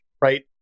right